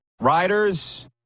riders